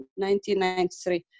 1993